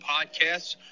Podcasts